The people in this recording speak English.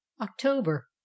October